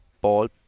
ball